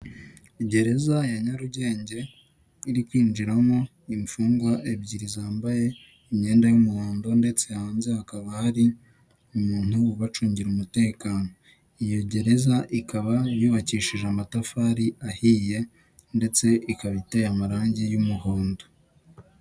Gereza ya Nyarugenge iri kwinjiramo imfungwa ebyiri ,zambaye imyenda y'umuhondo ndetse hanze hakaba hari umuntu ubacungira umutekano ,Iyo gereza ikaba yubakishije amatafari ahiye ndetse ikaba iteye amarangi y'umuhondo.